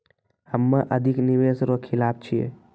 हम्मे अधिक निवेश रो खिलाफ छियै